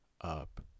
up